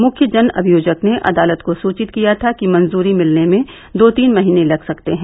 मुख्य जन अभियोजक ने अदालत को सुचित किया था कि मंजूरी मिलने में दो तीन महीने लग सकते हैं